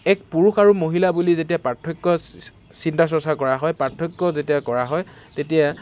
এক পুৰুষ আৰু মহিলা বুলি যেতিয়া পাৰ্থক্য চিন্তা চৰ্চা কৰা হয় পাৰ্থক্য যেতিয়া কৰা হয় তেতিয়া